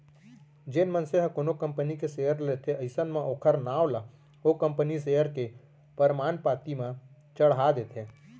जेन मनसे ह कोनो कंपनी के सेयर ल लेथे अइसन म ओखर नांव ला ओ कंपनी सेयर के परमान पाती म चड़हा देथे